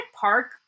Park